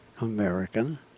American